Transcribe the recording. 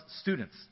students